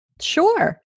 Sure